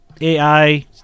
AI